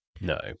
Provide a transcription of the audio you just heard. No